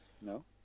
no